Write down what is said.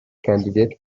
candidate